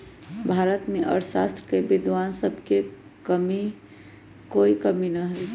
भारत में अर्थशास्त्र के विद्वान सब के कोई कमी न हई